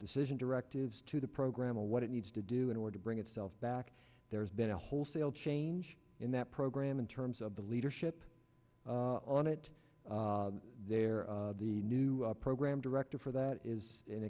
decision directives to the program of what it needs to do in order to bring itself back there's been a wholesale change in that program in terms of the leadership on it there the new program director for that is an